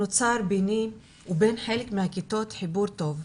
נוצר ביני ובין חלק מהכיתות חיבור טוב,